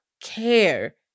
care